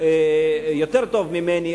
יותר טוב ממני,